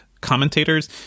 commentators